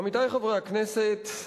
עמיתי חברי הכנסת,